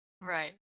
Right